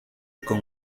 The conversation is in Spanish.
con